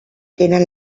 tenen